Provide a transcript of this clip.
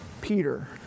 Peter